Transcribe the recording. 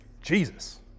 Jesus